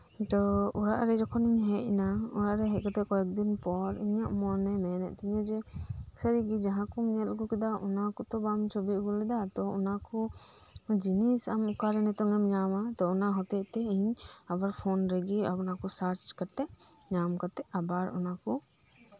ᱛᱳ ᱚᱲᱟᱜ ᱨᱮ ᱡᱚᱠᱷᱚᱱᱤᱧ ᱦᱮᱡ ᱱᱟ ᱟᱨ ᱦᱮᱡ ᱠᱟᱛᱮᱜ ᱠᱚᱭᱮᱠᱫᱤᱱ ᱯᱚᱨ ᱤᱧᱟᱹᱜ ᱢᱚᱱᱮ ᱡᱮ ᱡᱟᱸᱦᱟ ᱠᱚᱧ ᱧᱮᱞ ᱟᱹᱜᱩ ᱠᱮᱫᱟ ᱚᱱᱟ ᱠᱚᱛᱚ ᱵᱟᱹᱧ ᱪᱷᱚᱵᱤ ᱞᱮᱫᱟ ᱛᱳ ᱚᱱᱟᱠᱚ ᱡᱤᱱᱤᱥ ᱚᱠᱟᱨᱮᱢ ᱧᱟᱢᱟ ᱛᱳ ᱚᱱᱟ ᱦᱚᱛᱮᱜ ᱤᱧ ᱟᱵᱟᱨ ᱯᱷᱚᱱ ᱨᱮᱜᱮ ᱚᱱᱟᱠᱚ ᱥᱟᱨᱪ ᱠᱟᱛᱮᱜ ᱟᱵᱟᱨ ᱚᱱᱟᱠᱚ